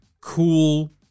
cool